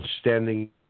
Standing